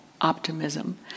optimism